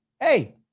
hey